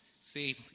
See